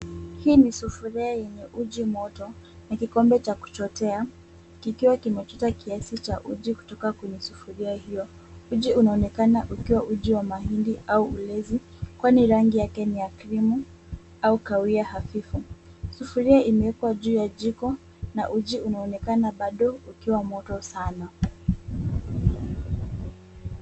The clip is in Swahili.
Hii ni sufuria yenye uji moto na kikombe cha kuchotea. Kikiwa kimechota kiasi cha uji kutoka kwenye sufuria hiyo. Uji unaonekana ukiwa uji wa mahindi au ulezi kwani rangi yake ni ya krimu au kahawia hafifu. Sufuria imewekwa juu ya jiko na uji unaonekana bado ukiwa moto sana.